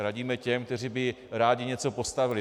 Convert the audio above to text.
Radíme těm, kteří by rádi něco postavili.